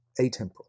atemporal